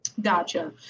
Gotcha